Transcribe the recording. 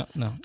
no